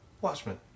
Watchmen